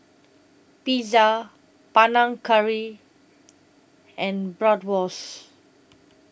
Pizza Panang Curry and Bratwurst